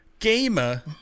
Gamer